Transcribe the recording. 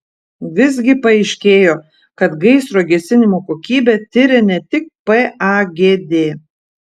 visgi paaiškėjo kad gaisro gesinimo kokybę tiria ne tik pagd